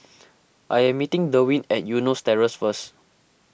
I am meeting Derwin at Eunos Terrace first